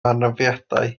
anafiadau